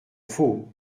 faut